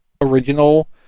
original